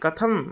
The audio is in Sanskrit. कथं